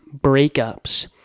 breakups